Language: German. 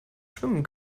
schwimmen